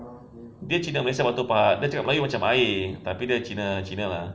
dia cina malaysia batu pahat dia cakap melayu macam air tapi dia cina cina lah